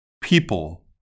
people